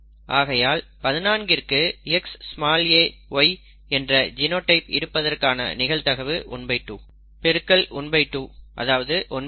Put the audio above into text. ஆகையால் 14 கிற்கு XaY என்ற ஜினோடைப் இருப்பதற்கான நிகழ்தகவு 12 பெருக்கல் 12 அதாவது 14